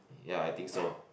ya I think so